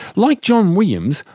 like john williams,